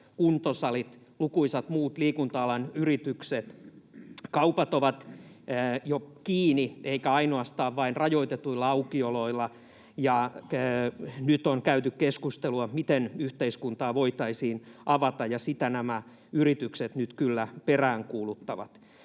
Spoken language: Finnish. kuntosalit, lukuisat muut liikunta-alan yritykset. Kaupat ovat jo kiinni eivätkä ainoastaan vain rajoitetuilla aukioloilla. Nyt on käyty keskustelua siitä, miten yhteiskuntaa voitaisiin avata, ja sitä nämä yritykset nyt kyllä peräänkuuluttavat.